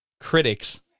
critics